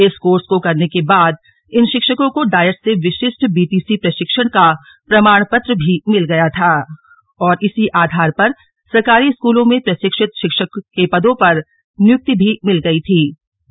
इस कोर्स को करने के बाद इन शिक्षकों को डायट से विशिष्ट बीटीसी प्रशिक्षण का प्रमाणपत्र भी मिल गया था और इसी आधार पर सरकारी स्कूलों में प्रशिक्षित शिक्षक के पदों पर नियुक्ति भी मिल गई थी